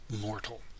mortal